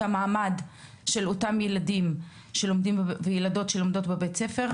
המעמד של אותם ילדים וילדות שלומדות בבית הספר,